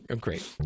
Great